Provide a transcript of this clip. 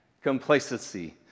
Complacency